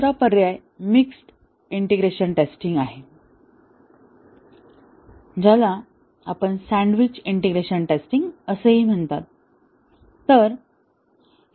दुसरा पर्याय mixed integration testing आहे ज्याला सँडविच इंटिग्रेशन टेस्टिंग असेही म्हणतात